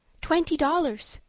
twenty dollars,